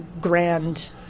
Grand